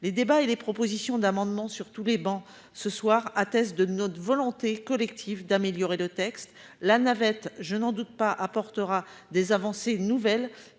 Les débats et les propositions d'amendements issues de toutes les travées de notre assemblée attestent notre volonté collective d'améliorer le texte. La navette- je n'en doute pas -apportera des avancées nouvelles,